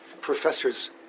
professors